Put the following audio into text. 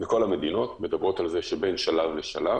כל המדינות מדברות על זה שבין שלב לשלב